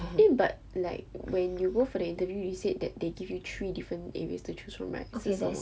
eh but like when you go for the interview you said that they give you three different areas to choose from right 是什么